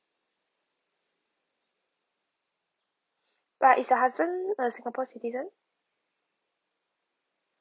like is your husband a singapore citizen